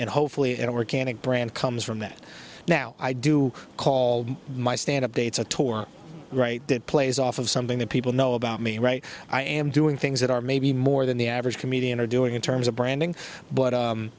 and hopefully it work can it brand comes from that now i do call my stand up dates a tour write that plays off of something that people know about me right i am doing things that are maybe more than the average comedian are doing in terms of branding but